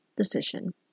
decision